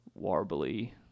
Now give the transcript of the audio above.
warbly